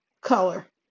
color